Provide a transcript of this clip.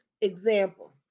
Example